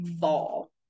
fall